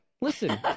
Listen